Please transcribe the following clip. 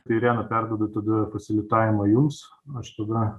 irena perduodu tada fasilitavimą jums aš tada